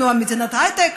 אנחנו מדינת הייטק,